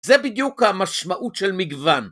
זה בדיוק המשמעות של מגוון.